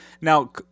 Now